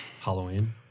Halloween